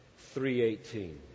3.18